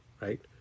right